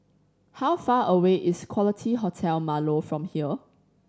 how far away is Quality Hotel Marlow from here